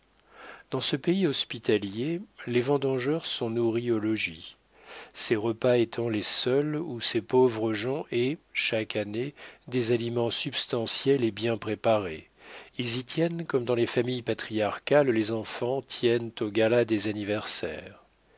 dans ce pays hospitalier les vendangeurs sont nourris au logis ces repas étant les seuls où ces pauvres gens aient chaque année des aliments substantiels et bien préparés ils y tiennent comme dans les familles patriarcales les enfants tiennent aux galas des anniversaires